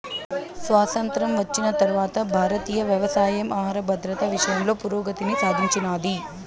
స్వాతంత్ర్యం వచ్చిన తరవాత భారతీయ వ్యవసాయం ఆహర భద్రత విషయంలో పురోగతిని సాధించినాది